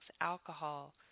alcohol